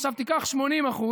עכשיו תיקח 80%,